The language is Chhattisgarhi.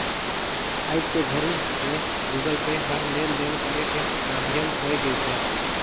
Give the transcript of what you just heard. आयज के घरी मे गुगल पे ह लेन देन करे के माधियम होय गइसे